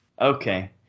Okay